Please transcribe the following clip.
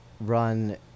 run